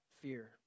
fear